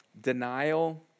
denial